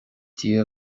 dia